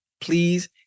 please